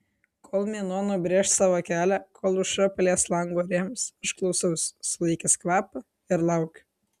kol mėnuo nubrėš savo kelią kol aušra palies lango rėmus aš klausausi sulaikęs kvapą ir laukiu